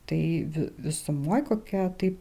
tai vi visumoje kokia taip